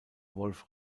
wolf